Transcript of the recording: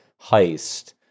heist